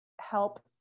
help